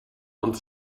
uns